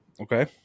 okay